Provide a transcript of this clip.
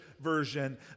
version